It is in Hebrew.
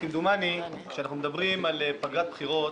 כשאנחנו מדברים על פגרת בחירות,